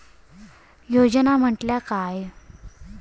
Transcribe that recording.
योजना म्हटल्या काय?